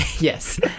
Yes